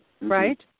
right